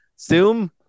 Zoom